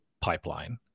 pipeline